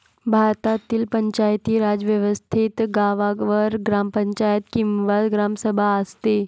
भारतातील पंचायती राज व्यवस्थेत गावावर ग्रामपंचायत किंवा ग्रामसभा असते